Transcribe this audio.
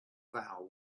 vow